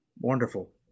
Wonderful